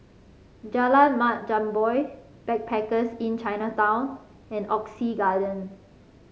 Jalan Mat Jambol Backpackers Inn Chinatown and Oxley Garden